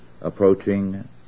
Approaching